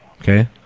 okay